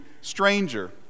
stranger